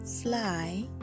fly